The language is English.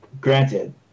granted